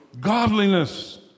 Godliness